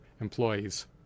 employees